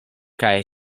kaj